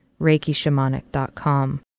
reikishamanic.com